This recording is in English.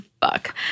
fuck